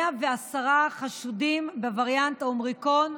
110 חשודים בווריאנט האומיקרון.